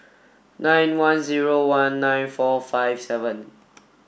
nine one zero one nine four five seven